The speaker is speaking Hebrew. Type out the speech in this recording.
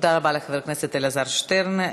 תודה רבה לחבר הכנסת אלעזר שטרן.